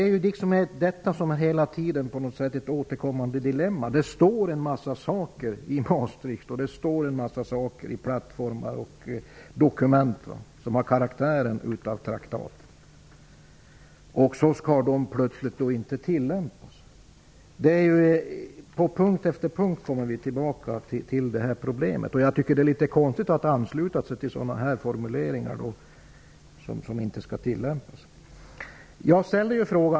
Detta är ett återkommande dilemma. Det står en mängd saker i Maastrichtavtalet, och det står en mängd saker i ''plattformar'' och dokument som har karaktär av traktat, och så skall det plötsligt inte tillämpas. På punkt efter punkt kommer vi tillbaka till detta problem. Det är litet konstigt att ansluta sig till formuleringar som inte skall tillämpas.